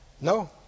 No